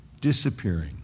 disappearing